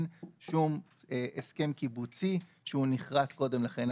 שום הסכם קיבוצי שהוא נכרת קודם לכן.